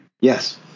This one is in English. Yes